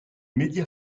médias